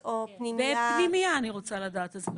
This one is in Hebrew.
בפנימייה אני רוצה לדעת.